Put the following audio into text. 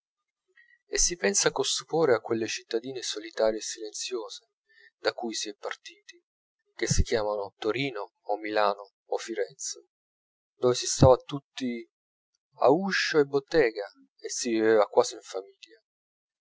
e si pensa con stupore a quelle cittadine solitarie e silenziose da cui s'è partiti che si chiamano torino o milano o firenze dove si stava tutti a uscio e bottega e si viveva quasi in famiglia